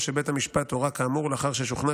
או שבית המשפט הורה כאמור לאחר ששוכנע